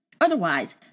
Otherwise